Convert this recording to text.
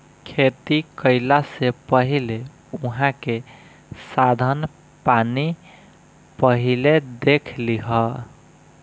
खेती कईला से पहिले उहाँ के साधन पानी पहिले देख लिहअ